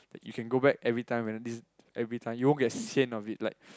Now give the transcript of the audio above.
that you can go back everytime this everytime you won't get sian of it like